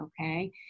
okay